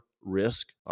risk